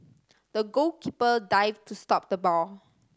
the goalkeeper dived to stop the ball